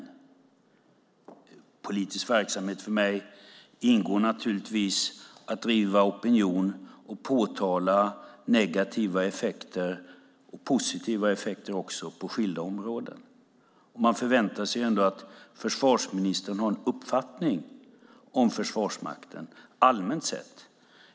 I politisk verksamhet ingår för mig att driva opinion och påtala negativa och positiva effekter på skilda områden. Man förväntar sig ändå att försvarsministern har en uppfattning om Försvarsmakten allmänt sett.